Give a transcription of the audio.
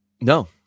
No